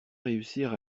réussir